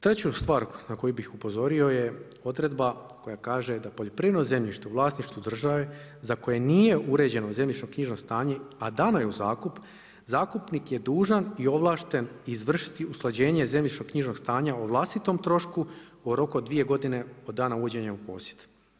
Treća stvar na koju bih upozorio je odredba koja kaže da poljoprivredno zemljište u vlasništvu države, za koje nije uređeno zemljišno knjižno stanje, a dano je u zakup, zakupnik je dužan i ovlašten izvršiti usklađenje zemljišnog knjižnog stanja o vlastitom trošku u roku od 2 godine od dana uvođenja u posjed.